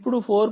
ఇప్పుడు 4